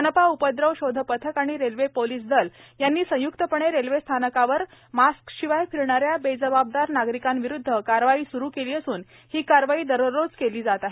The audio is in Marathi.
मनपा उपद्रव शोध पथक आणि रेल्वे पोलीस दल यांनी संयुक्तपणे रेल्वे स्थानकावर मास्कशिवाय फिरणा या बेजबाबदार नागरिकांविरुध्द कारवाई सुरू केली असून ही कारवाई दररोज केली जात आहे